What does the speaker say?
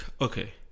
Okay